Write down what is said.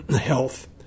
health